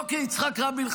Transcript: לא כי יצחק רבין,